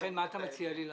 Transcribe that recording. לכן מה אתה מציע לי לעשות?